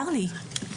צר לי.